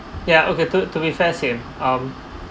ya okay to to be fair if um